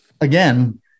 again